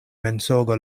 mensogo